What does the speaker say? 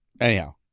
Anyhow